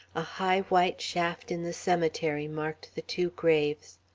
a high white shaft in the cemetery marked the two graves.